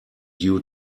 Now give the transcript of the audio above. due